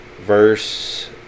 verse